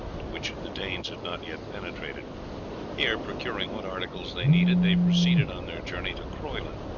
to which the danes had not yet penetrated here, procuring what articles they needed, they proceeded on their journey to croyland,